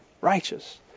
righteous